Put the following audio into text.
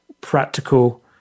practical